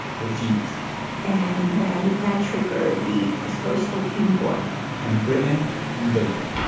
refused and then that triggered the first opium war and britain invaded